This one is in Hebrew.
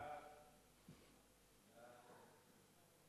ההצעה להעביר את הצעת חוק לתיקון פקודת התעבורה (מס' 107),